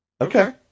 Okay